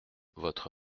votre